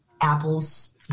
apples